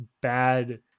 bad